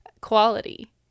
quality